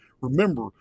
Remember